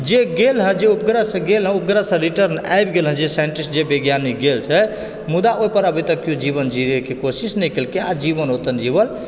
जे गेल हँ जे उपग्रहसँ गेल है उपग्रहसँ रिटर्न आबि गेल हँ जे साइंटिस्ट जे वैज्ञानिक गेल छै मुदा ओहि पर अभी तक केओ जीवन जिबाकऽ कोशिश नहि केलकय आ जीवन ओतय नहि जीवल